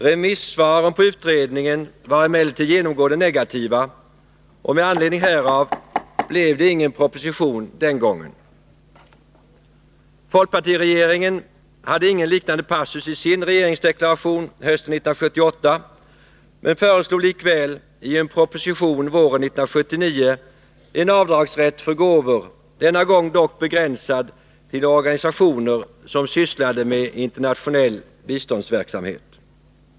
Remissvaren på utredningen var emellertid genomgående negativa, och med anledning härav blev det ingen proposition den gången. Folkpartiregeringen hade ingen liknande passus i sin regeringsdeklaration hösten 1978, men föreslog likväl i en proposition våren 1979 en avdragsrätt för gåvor, denna gång dock begränsad till organisationer som sysslade med internationell biståndsverksamhet.